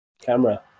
camera